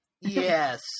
Yes